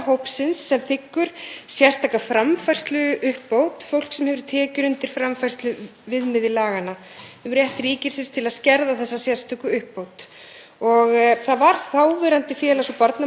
Það var þáverandi félags- og barnamálaráðherra sem kynnti þessa ákvörðun í ríkisstjórninni, ætlaði að láta á það reyna. Ég lagði nýlega fram fyrirspurn til nýs félagsmálaráðherra því ég vildi láta á það reyna hvort hann væri